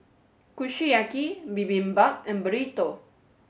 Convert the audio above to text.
Kushiyaki Bibimbap and Burrito